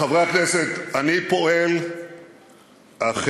חברי הכנסת, אני פועל אחרת.